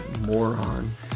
Moron